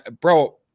bro